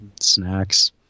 snacks